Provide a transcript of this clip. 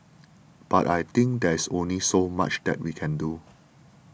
but I think there's only so much that we can do